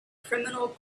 criminal